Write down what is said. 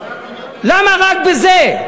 למה רק בזה?